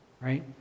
Right